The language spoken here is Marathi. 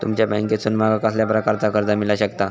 तुमच्या बँकेसून माका कसल्या प्रकारचा कर्ज मिला शकता?